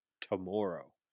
tomorrow